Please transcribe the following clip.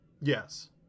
Yes